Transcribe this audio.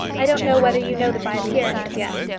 i don't know whether you know them by appearance as yet.